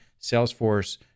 Salesforce